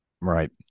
Right